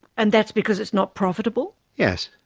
and that's because it's not profitable? yes,